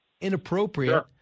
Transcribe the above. inappropriate